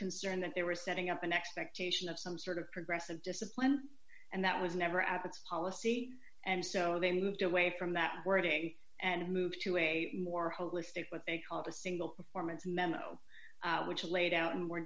concern that they were setting up an expectation of some sort of progressive discipline and that was never abbott's policy and so they moved away from that wording and moved to a more holistic what they called a single performance memo which laid out in more